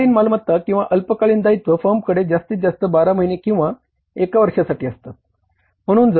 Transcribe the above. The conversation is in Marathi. अल्पकालीन मालमत्ता किंवा अल्पकालीन दायित्व फर्मकडे जास्तीत जास्त 12 महिने किंवा एक वर्षासाठी असतात